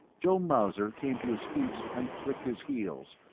joe mauser came to his feet and clicked his heels,